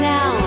Now